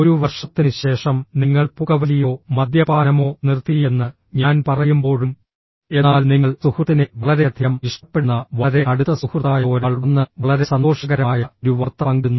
ഒരു വർഷത്തിനുശേഷം നിങ്ങൾ പുകവലിയോ മദ്യപാനമോ നിർത്തിയെന്ന് ഞാൻ പറയുമ്പോഴും എന്നാൽ നിങ്ങൾ സുഹൃത്തിനെ വളരെയധികം ഇഷ്ടപ്പെടുന്ന വളരെ അടുത്ത സുഹൃത്തായ ഒരാൾ വന്ന് വളരെ സന്തോഷകരമായ ഒരു വാർത്ത പങ്കിടുന്നു